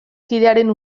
kidearen